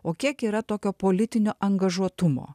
o kiek yra tokio politinio angažuotumo